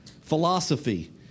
philosophy